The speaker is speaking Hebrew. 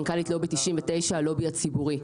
מנכ"לית לובי 99 הלובי הציבורי.